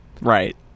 Right